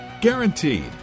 Guaranteed